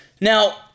Now